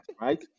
right